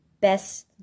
best